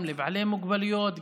גם לבעלי מוגבלויות,